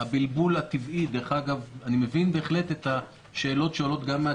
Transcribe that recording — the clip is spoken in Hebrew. הבלבול הטבעי דרך אגב אני מבין בהחלט את השאלות שעולות גם מן